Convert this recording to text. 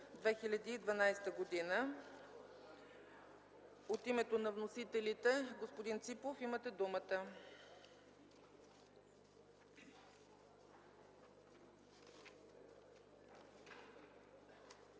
2012 г. От името на вносителите – господин Ципов, имате думата.